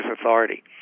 authority